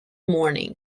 morning